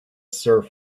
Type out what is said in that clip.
serve